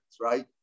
right